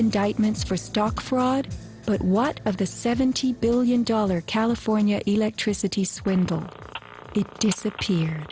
indictments for stock fraud but what of the seventy billion dollar california electricity swindle disappear